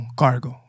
cargo